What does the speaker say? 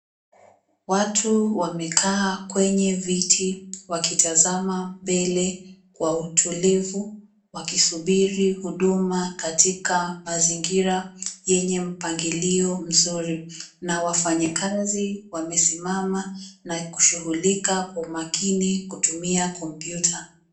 Watu wamekaa kwenye viti wakitazama mbele kwa utulivu wakisubiri huduma katika mazingira yenye mpangilio mzuri na wafanyikazi wamesimamsa na kushughulika kwa makini kutumia kompyuta.